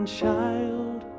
child